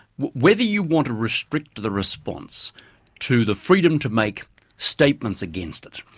whether you want to restrict the response to the freedom to make statements against it.